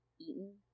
eaten